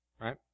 right